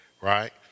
right